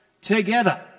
together